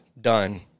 done